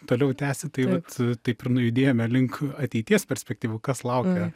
toliau tęsi tai vat taip ir nujudėjome link ateities perspektyvų kas laukia